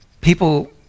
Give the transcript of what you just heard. people